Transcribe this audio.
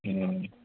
ہوں